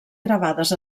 gravades